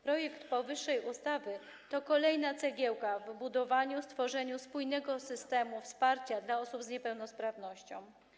Projekt powyższej ustawy to kolejna cegiełka w budowaniu, tworzeniu spójnego systemu wsparcia dla osób z niepełnosprawnością.